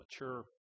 mature